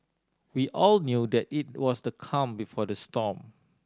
we all knew that it was the calm before the storm